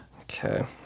Okay